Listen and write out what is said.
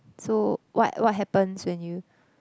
so what what happens when you